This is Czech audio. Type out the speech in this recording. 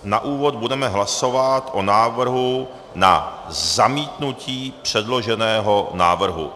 Na úvod budeme hlasovat o návrhu na zamítnutí předloženého návrhu.